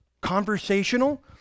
conversational